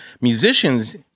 Musicians